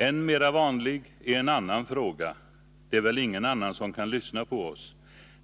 Än mera vanlig är en annan fråga: Det är väl ingen annan som kan lyssna på oss?